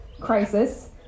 crisis